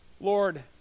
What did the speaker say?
Lord